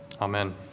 Amen